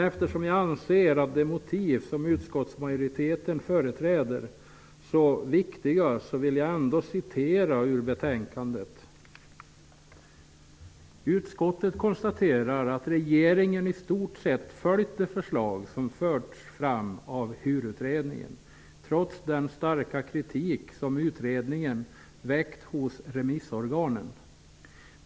Eftersom jag anser de motiv som utskottsmajoriteten företräder vara mycket viktiga citerar jag ur betänkandet: ''Utskottet konstaterar att regeringen i stort sett följt de förslag som fördes fram av HUR utredningen trots den starka kritik som utredningen väckt hos remissorganen.